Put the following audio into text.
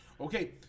Okay